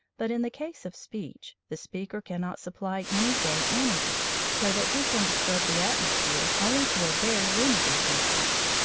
but in the case of speech, the speaker cannot supply any great energy, so that he can disturb the atmosphere only to a very limited distance.